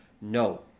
No